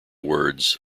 words